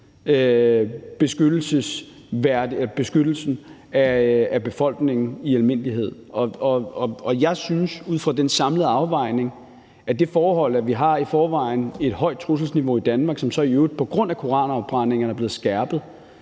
beskyttelsen af befolkningen i almindelighed? Jeg synes ud fra den samlede afvejning, at det forhold, at vi i forvejen har et højt trusselsniveau i Danmark, som så i øvrigt på grund af koranafbrændingerne er blevet skærpet,